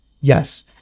Yes